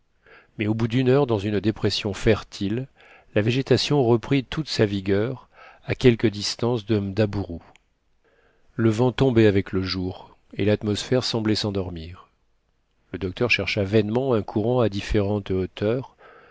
mais au bout d'une heure dans une dépression fertile la végétation reprit toute sa vigueur à quelque distance du mdaburu le vent tombait avec le jour et l'atmosphère semblait s'endormir le docteur chercha vainement un courant à différentes hauteurs